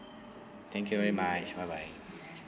thank you very much bye bye